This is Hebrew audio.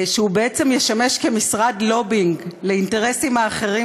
שהוא בעצם ישמש כמשרד לובינג לאינטרסים האחרים